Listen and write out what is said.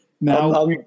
now